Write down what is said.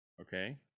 Okay